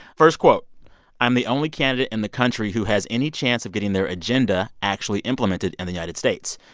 first quote i'm the only candidate in the country who has any chance of getting their agenda actually implemented in the united states.